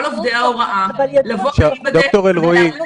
עובדי ההוראה לבוא ולהיבדק --- ד"ר אלרעי,